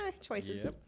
choices